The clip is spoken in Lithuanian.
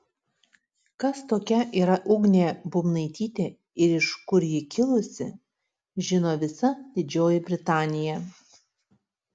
kas tokia yra ugnė bubnaitytė ir iš kur ji kilusi žino visa didžioji britanija